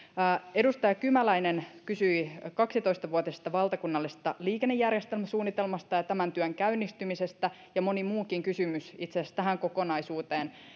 edustaja kymäläinen kysyi kaksitoista vuotisesta valtakunnallisesta liikennejärjestelmäsuunnitelmasta ja tämän työn käynnistymisestä ja moni muukin kysymys itse asiassa tähän kokonaisuuteen